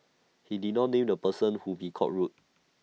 he did not name the person whom he called rude